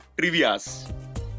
trivias